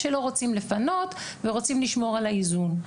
שלא רוצים לפנות ורוצים לשמור על האיזון.